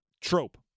trope